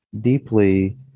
deeply